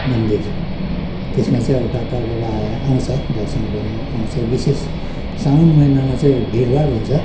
मन्दिर त्यस्मा चाहिँ अब टाढो टाढोबाट आउँछ दर्शन गर्नु आउँछ विशेष साउन महिनामा चाहिँ भिडभाड हुन्छ